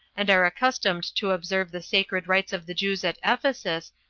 and are accustomed to observe the sacred rites of the jews at ephesus,